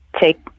take